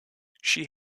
she